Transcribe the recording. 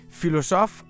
filosof